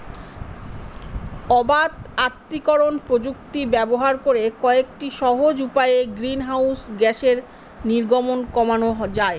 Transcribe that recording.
অবাত আত্তীকরন প্রযুক্তি ব্যবহার করে কয়েকটি সহজ উপায়ে গ্রিনহাউস গ্যাসের নির্গমন কমানো যায়